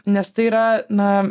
nes tai yra na